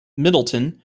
middleton